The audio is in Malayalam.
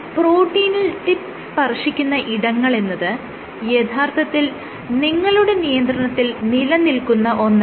പ്രോട്ടീനിൽ ടിപ്പ് സ്പർശിക്കുന്ന ഇടങ്ങളെന്നത് യഥാർത്ഥത്തിൽ നിങ്ങളുടെ നിയന്ത്രണത്തിൽ നിലനിൽക്കുന്ന ഒന്നല്ല